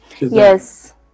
Yes